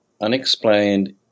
unexplained